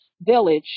village